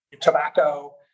tobacco